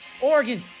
Oregon